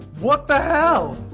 what the hell?